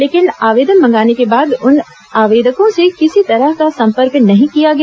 लेकिन आवेदन मंगाने के बाद उन आवेदकों से किसी तरह का संपर्क नहीं किया गया